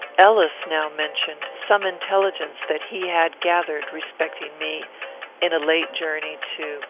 ellis now mentioned some intelligence that he had gathered respecting me in a late journey to.